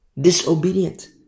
Disobedient